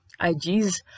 IGs